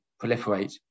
proliferate